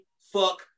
fuck